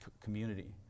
community